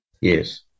Yes